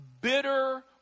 bitter